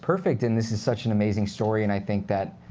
perfect, and this is such an amazing story. and i think that